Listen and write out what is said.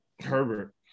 Herbert